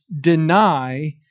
deny